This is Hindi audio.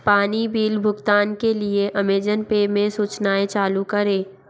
पानी बिल भुगतान के लिए अमेज़न पे में सूचनाएँ चालू करें